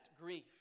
grief